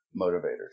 motivators